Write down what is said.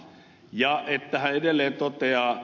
ja hän edelleen toteaa